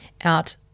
out